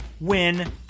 win